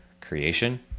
creation